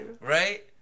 Right